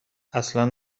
اصلا